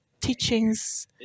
teachings